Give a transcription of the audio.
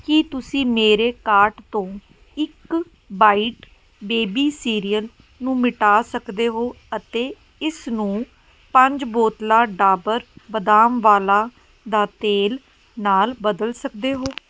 ਕੀ ਤੁਸੀਂ ਮੇਰੇ ਕਾਰਟ ਤੋਂ ਇੱਕ ਬਾਈਟ ਬੇਬੀ ਸੀਰੀਅਲ ਨੂੰ ਮਿਟਾ ਸਕਦੇ ਹੋ ਅਤੇ ਇਸ ਨੂੰ ਪੰਜ ਬੋਤਲਾਂ ਡਾਬਰ ਬਦਾਮ ਵਾਲਾਂ ਦਾ ਤੇਲ ਨਾਲ ਬਦਲ ਸਕਦੇ ਹੋ